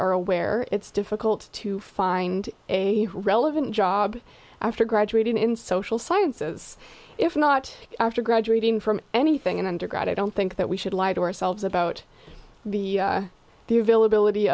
are aware it's difficult to find a relevant job after graduating in social sciences if not after graduating from anything in undergrad i don't think that we should lie to ourselves about the the availability